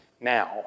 now